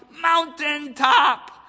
Mountaintop